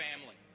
family